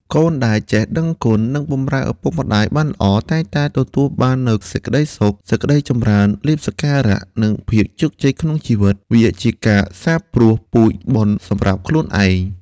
កូនដែលចេះដឹងគុណ និងបម្រើឪពុកម្តាយបានល្អ តែងតែទទួលបាននូវសេចក្តីសុខ សេចក្តីចម្រើន លាភសក្ការៈ និងភាពជោគជ័យក្នុងជីវិត វាជាការសាបព្រោះពូជបុណ្យសម្រាប់ខ្លួនឯង។